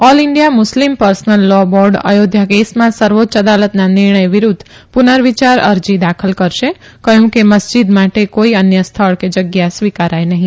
all India Muslim personal law board Ayodhya કેસમાં સર્વોચ્ય અદાલતના નિર્ણય વિરુધ્ધ પુનર્વિયાર અરજી દાખલ કરશે કહયું કે મસ્જીદ માટે કોઇ અન્ય સ્થળ કે જગ્યા સ્વીકારાય નહી